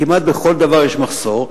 כמעט בכל דבר יש מחסור.